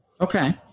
Okay